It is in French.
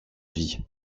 vie